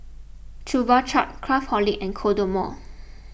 Chupa Chups Craftholic and Kodomo